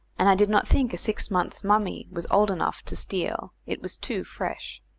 and i did not think a six months' mummy was old enough to steal it was too fresh.